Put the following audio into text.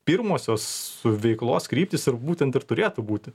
pirmosios veiklos kryptys ir būtent ir turėtų būti